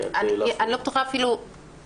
אני לא בטוחה אם איילה,